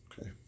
Okay